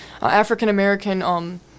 African-American